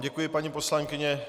Děkuji vám, paní poslankyně.